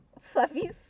fluffy